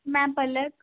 ਮੈਂ ਪਲਕ